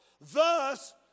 thus